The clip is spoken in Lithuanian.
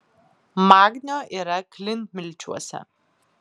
magnio yra klintmilčiuose